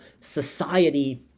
society